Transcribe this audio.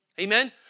Amen